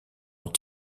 ont